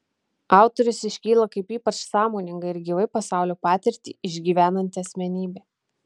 autorius iškyla kaip ypač sąmoninga ir gyvai pasaulio patirtį išgyvenanti asmenybė